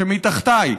שמתחתיי,